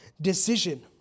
decision